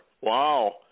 Wow